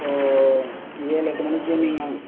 ஓ ஏழு எட்டு மணிக்கு நீங்கள் அங்கே